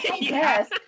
Yes